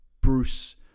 Bruce